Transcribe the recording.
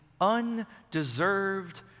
undeserved